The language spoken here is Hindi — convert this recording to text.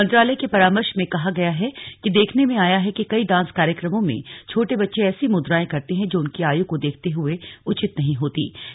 मंत्रालय के परामर्श में कहा गया है कि देखने में आया है कि कई डांस कार्यक्रमों में छोटे बच्चे ऐसी मुद्राएं करते हैं जो उनकी आय को देखते हुए उचित नहीं होतीं